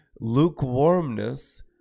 lukewarmness